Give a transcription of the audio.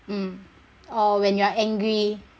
mm or when you are angry